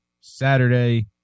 Saturday